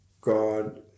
God